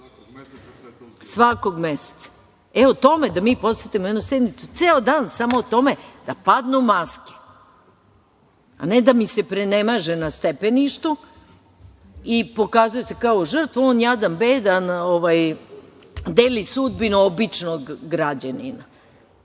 svakog mesece. Tome da posvetimo jednu sednicu, ceo dan samo o tome da padnu maske, a ne da mi se prenemaže na stepeništu i pokazuje se kao žrtva, on jadan, bedan deli sudbinu običnog građanina.